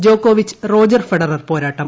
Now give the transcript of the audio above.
ജോക്കോവിച്ച് റോജർഫെഡറർ പോരാട്ടം